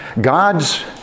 God's